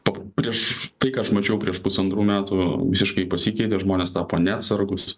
pa prieš tai ką aš mačiau prieš pusantrų metų visiškai pasikeitė žmonės tapo neatsargūs